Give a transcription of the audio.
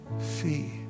See